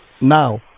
Now